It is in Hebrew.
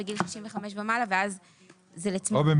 לקבל גם מימון מלא --- את ועדות החריגים,